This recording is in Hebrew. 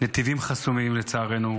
נתיבים חסומים, לצערנו,